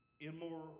immoral